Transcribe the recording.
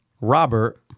Robert